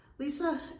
Lisa